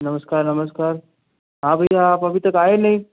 नमस्कार नमस्कार हाँ भैया आप अभी तक आए नहीं